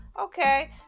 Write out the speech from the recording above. Okay